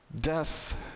Death